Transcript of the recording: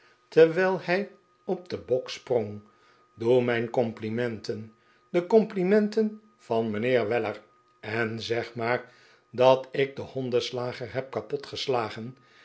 terwijl hij op den bok sprong doe mijn complimenten de complimenten van mijnheer weller en zeg maar dat ik den hondenslager heb